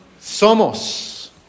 somos